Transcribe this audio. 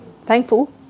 thankful